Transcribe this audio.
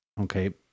Okay